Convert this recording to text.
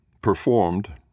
performed